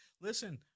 Listen